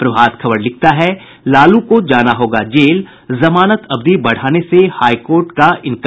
प्रभात खबर लिखता है लालू को जाना होगा जेल जमानत अवधि बढ़ाने से हाई कोर्ट का इंकार